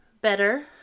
better